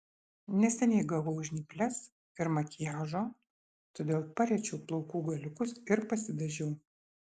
neseniai gavau žnyples ir makiažo todėl pariečiau plaukų galiukus ir pasidažiau